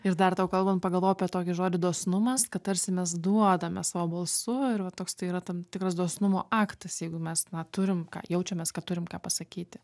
ir dar tau kalbant pagalvojau apie tokį žodį dosnumas kad tarsi mes duodame savo balsu ir va toks tai yra tam tikras dosnumo aktas jeigu mes na turim ką jaučiamės kad turim ką pasakyti